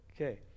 okay